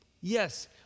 Yes